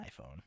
iPhone